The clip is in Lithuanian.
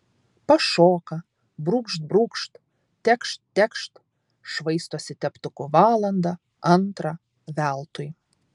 pašoka brūkšt brūkšt tekšt tekšt švaistosi teptuku valandą antrą veltui